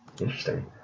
Interesting